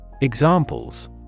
Examples